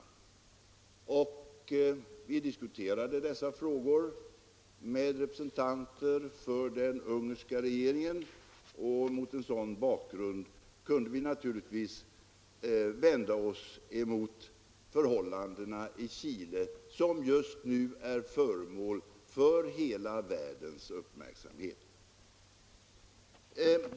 Vi diskuterade dessa frågor med representanter för den ungerska regeringen, och mot den bakgrunden kunde vi naturligtvis vända oss mot förhållandena i Chile som just nu är föremål för hela världens uppmärksamhet.